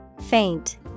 Faint